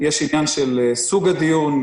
יש עניין של סוג הדיון,